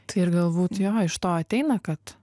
tai ir galbūt jo iš to ateina kad